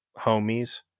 homies